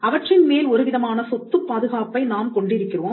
அவற்றின்மேல் ஒருவிதமான சொத்துப் பாதுகாப்பை நாம் கொண்டிருக்கிறோம்